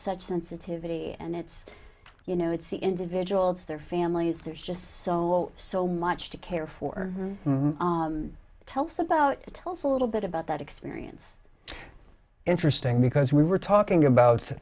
such sensitivity and it's you know it's the individual it's their families there's just so so much to care for tell us about tell us a little bit about that experience interesting because we were talking about